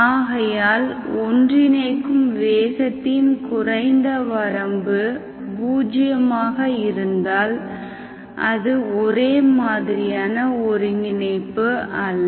ஆகையால் ஒன்றிணைக்கும் வேகத்தின் குறைந்த வரம்பு பூஜ்யமாக இருந்தால் அது ஒரே மாதிரியான ஒருங்கிணைப்பு அல்ல